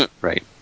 Right